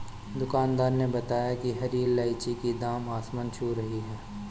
दुकानदार ने बताया कि हरी इलायची की दाम आसमान छू रही है